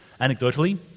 Anecdotally